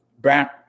back